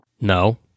No